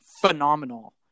phenomenal